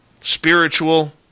spiritual